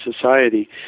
society